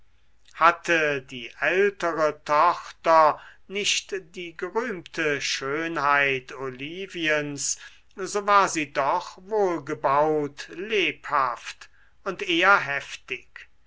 hatte die ältere tochter nicht die gerühmte schönheit oliviens so war sie doch wohlgebaut lebhaft und eher heftig